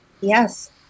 Yes